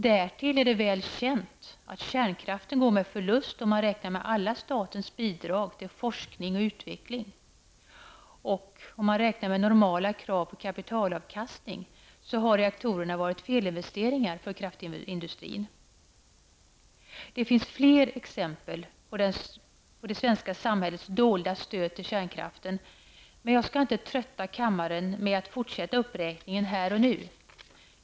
Därtill är det väl känt att kärnkraften går med förlust om man räknar med statens alla bidrag till forskning och utveckling. Om man har normala krav på kapitalavkastning har reaktorerna varit felinvesteringar för kraftindustrin. Det finns fler exempel på det svenska samhällets dolda stöd till kärnkraften, men jag skall inte trötta kammaren med att fortsätta uppräkningen här och nu.